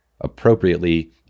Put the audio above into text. appropriately